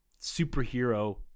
superhero